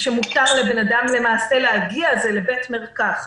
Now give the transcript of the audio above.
המקומות אליהם מותר לאדם להגיע זה בית מרקחת.